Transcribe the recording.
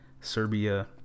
Serbia